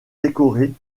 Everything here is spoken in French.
décorée